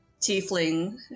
tiefling